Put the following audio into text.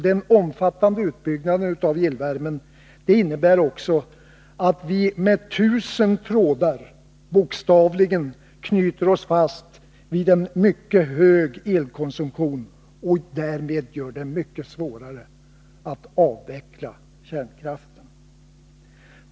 Den omfattande utbyggnaden av elvärmen innebär också att vi med tusen trådar bokstavligen knyter oss fast vid en mycket hög elkonsumtion och därmed gör det mycket svårare att avveckla kärnkraften.